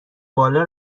بالا